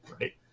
Right